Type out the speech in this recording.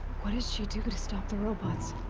what did she do to stop the robots?